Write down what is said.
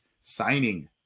signing